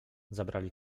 zabrali